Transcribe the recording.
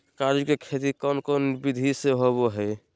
काजू के खेती कौन कौन विधि से होबो हय?